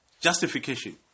justification